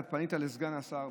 אתה פנית לסגן השר,